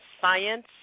Science